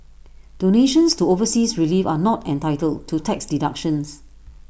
donations to overseas relief are not entitled to tax deductions